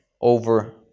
over